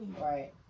right